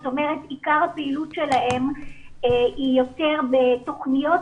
זאת אומרת עיקר הפעילות שלהם היא יותר בתוכניות